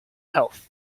health